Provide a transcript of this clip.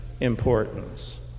importance